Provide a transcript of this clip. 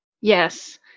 Yes